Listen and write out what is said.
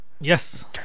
Yes